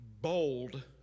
bold